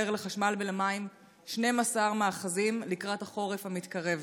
לחשמל ולמים 12 מאחזים לקראת החורף המתקרב.